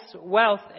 wealth